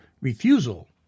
refusal